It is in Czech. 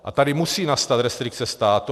A tady musí nastat restrikce státu.